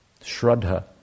shraddha